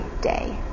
day